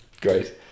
Great